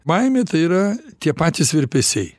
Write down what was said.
baimė tai yra tie patys virpesiai